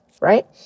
right